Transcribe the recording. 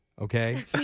Okay